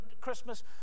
Christmas